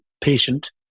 patient